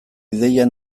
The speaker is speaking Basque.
ideia